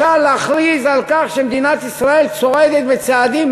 אפשר להכריז על כך שמדינת ישראל צועדת בצעדים